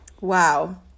Wow